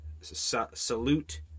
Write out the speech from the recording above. salute